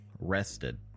rested